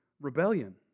Rebellion